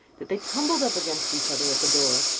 that they tumbled up against each other at the door,